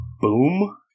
Boom